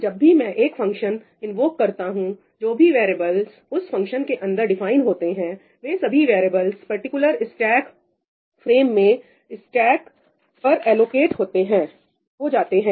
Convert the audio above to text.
तो जब भी मैं एक फंक्शन इन्वोक करता हूं जो भी वेरिएबलस उस फंक्शन के अंदर डिफाइन होते हैं वे सभी वेरिएबलस पार्टिकुलर स्टेक फ्रेम में स्टेक पर एलोकेट हो जाते हैं